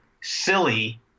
silly